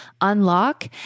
unlock